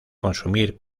consumir